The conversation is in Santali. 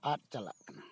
ᱟᱫ ᱪᱟᱞᱟᱜ ᱠᱟᱱᱟ